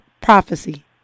prophecy